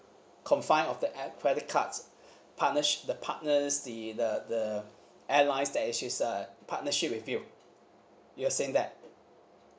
confine of the air credit cards partners the partners the the the airlines that which is uh partnership with you you are saying that